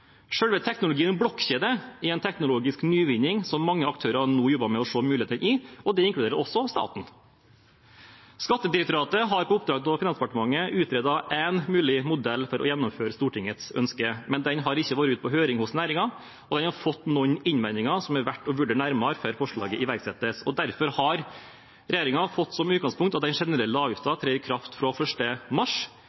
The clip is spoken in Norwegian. Selve teknologien blokkjede er en teknologisk nyvinning som mange aktører nå jobber med å se muligheter i, det inkluderer også staten. Skattedirektoratet har på oppdrag fra Finansdepartementet utredet en mulig modell for å gjennomføre Stortingets ønske, men den har ikke vært ute på høring hos næringen, og den har fått noen innvendinger som er verdt å vurdere nærmere før forslaget iverksettes. Derfor har regjeringen fått som utgangspunkt at den generelle